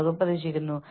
വളരെ ലളിതം